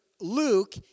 Luke